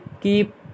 keep